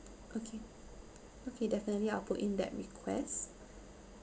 okay okay definitely I'll put in that request